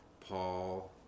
Paul